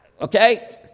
Okay